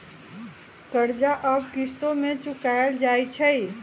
कर्जा अब किश्तो में चुकाएल जाई छई